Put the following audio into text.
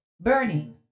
burning